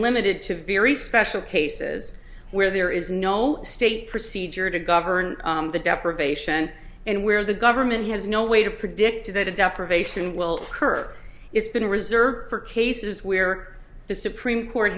limited to very special cases where there is no state procedure to govern the deprivation and where the government has no way to predict that a deprivation will occur it's been reserved for cases where the supreme court